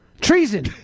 Treason